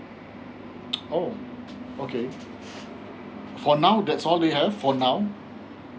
oh okay for now that's all they have for now